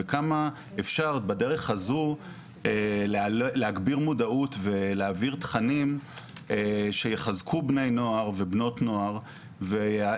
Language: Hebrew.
אפשר בדרך הזאת להגביר מודעות ולהעביר תכנים שיחזקו בני נוער ויעלו להם